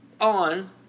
On